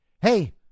hey